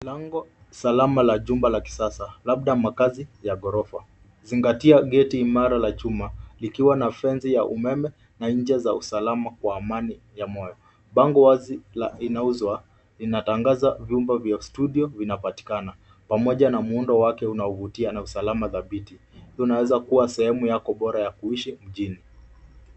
Lango salama la jumba la kisasa, labda makazi ya ghorofa, zingatia geti imara la chuma, likiwa na fenzi ya umeme, na ncha za usalama kwa amani ya moyo. Bango wazi inauzwa, inatangaza vyumba vya studio vinapatikana. Pamoja na muundo wake unaovutia, na usalama dhabiti inaweza kuwa sehemu bora yako ya kuishi mjini.